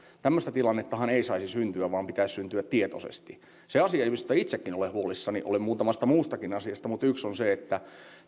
tämmöistä tilannettahan ei saisi syntyä vaan sen pitäisi tapahtua tietoisesti se asia josta itsekin olen huolissani olen muutamasta muustakin asiasta on se että